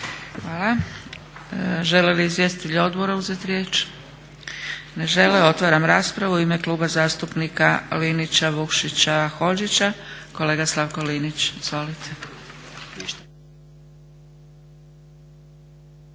Hvala. Žele li izvjestitelji odbora uzeti riječ? Ne žele. Otvaram raspravu. U ime Kluba zastupnika Linića-Vukšića-Hodžića, kolega Slavko Linić. Izvolite.